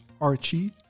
Archie